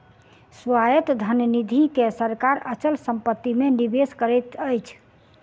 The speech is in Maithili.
स्वायत्त धन निधि के सरकार अचल संपत्ति मे निवेश करैत अछि